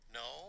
no